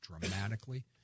dramatically